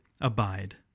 abide